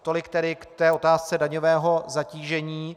Tolik tedy k otázce daňového zatížení.